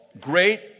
Great